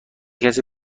کسی